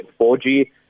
4G